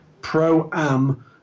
Pro-Am